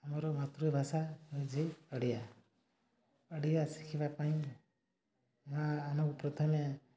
ଆମର ମାତୃଭାଷା ହେଉଛି ଓଡ଼ିଆ ଓଡ଼ିଆ ଶିଖିବା ପାଇଁ ପ୍ରଥମେ